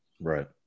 Right